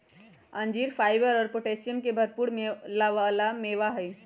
अंजीर फाइबर और पोटैशियम के भरपुर वाला मेवा हई